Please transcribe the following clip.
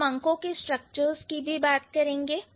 हम अंकों के स्ट्रक्चर्स की भी बात करेंगे